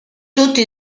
tutti